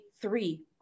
three